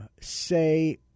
say